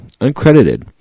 uncredited